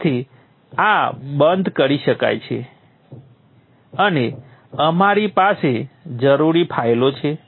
તેથી આ બંધ કરી શકાય છે અને અમારી પાસે જરૂરી ફાઇલો છે